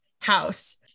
house